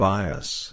Bias